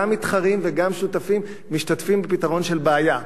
מתחרים וגם שותפים משתתפים בפתרון של בעיה.